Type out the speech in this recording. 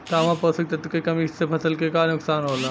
तांबा पोषक तत्व के कमी से फसल के का नुकसान होला?